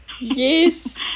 yes